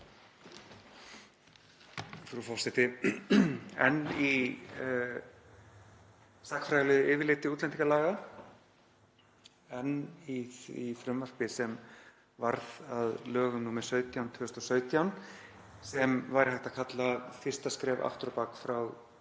Frú forseti. Enn í sagnfræðilegu yfirliti útlendingalaga, enn í frumvarpi sem varð að lögum nr. 17/2017, sem væri hægt að kalla fyrsta skref aftur á bak frá